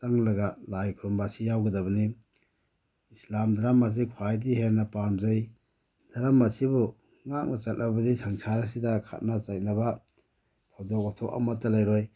ꯆꯪꯂꯒ ꯂꯥꯏ ꯈꯨꯔꯨꯝꯕ ꯑꯁꯤ ꯌꯥꯎꯒꯗꯕꯅꯤ ꯏꯁꯂꯥꯝ ꯗ꯭ꯔꯝꯃꯁꯤ ꯈ꯭ꯋꯥꯏꯗꯒꯤ ꯍꯦꯟ ꯄꯥꯝꯖꯩ ꯗꯔꯃꯁꯤꯕꯨ ꯉꯥꯛꯅ ꯆꯠꯂꯕꯗꯤ ꯁꯪꯁꯥꯔ ꯑꯁꯤꯗ ꯈꯠꯅ ꯆꯩꯅꯕ ꯊꯧꯗꯣꯛ ꯋꯥꯊꯣꯛ ꯑꯃꯠꯇ ꯂꯩꯔꯣꯏ